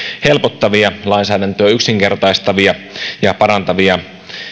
helpottavia lainsäädäntöä yksinkertaistavia ja parantavia